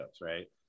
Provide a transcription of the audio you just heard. right